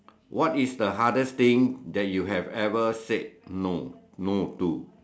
what is the hardest thing that you have ever said no to